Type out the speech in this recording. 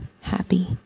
happy